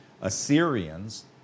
Assyrians